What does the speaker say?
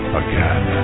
again